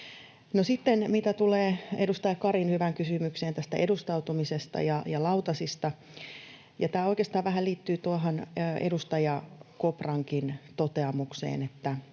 sitten, mitä tulee edustaja Karin hyvään kysymykseen tästä edustautumisesta ja lautasista, ja tämä oikeastaan vähän liittyy tuohon edustaja Koprankin toteamukseen,